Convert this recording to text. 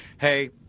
hey –